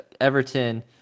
Everton